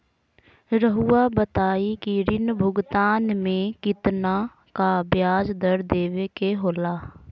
रहुआ बताइं कि ऋण भुगतान में कितना का ब्याज दर देवें के होला?